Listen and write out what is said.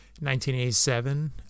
1987